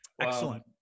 Excellent